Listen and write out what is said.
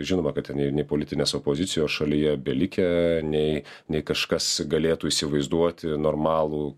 žinoma kad ten nei politinės opozicijos šalyje belikę nei nei kažkas galėtų įsivaizduoti normalų